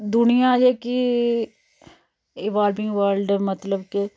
दुनिया जेह्की evolving world मतलब कि